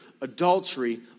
adultery